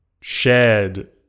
shared